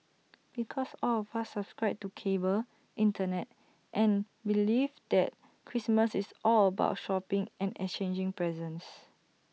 because all of us subscribe to cable Internet and belief that Christmas is all about shopping and exchanging presents